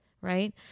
right